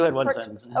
like one sentence.